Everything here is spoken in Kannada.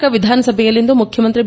ಕರ್ನಾಟಕ ವಿಧಾನಸಭೆಯಲ್ಲಿಂದು ಮುಖ್ಯಮಂತ್ರಿ ಬಿ